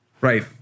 Right